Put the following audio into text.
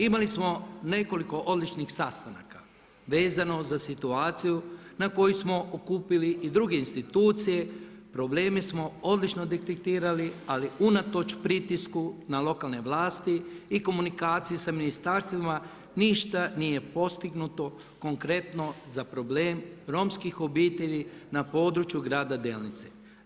Imali smo nekoliko odličnih sastanaka vezano za situaciju na kojoj smo okupili i druge institucije probleme smo odlično detektirali ali unatoč pritisku na lokalne vlasti i komunikaciji s ministarstvima ništa nije postignuto konkretno za problem romskih obitelji na području grada Delnice.